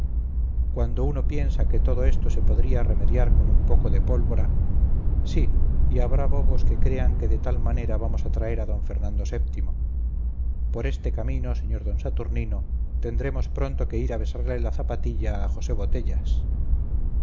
cuando uno piensa que todo esto se podría remediar con un poco de pólvora sí y habrá bobos que crean que de tal manera vamos a traer a d fernando vii por este camino sr d saturnino tendremos pronto que ir a besarle la zapatilla a josé botellas